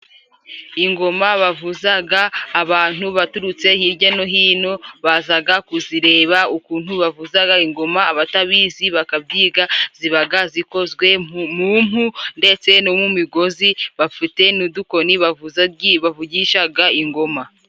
Ingoma bavuzaga abantu baturutse hijya no hino bazaga kuzireba ukuntu bavuzaga ingoma abatabizi bakabyiga zibaga zikozwe mu mpu ndetse no mu migozi bafite n'udukoni bavuzajyi bavugishaga ingoma.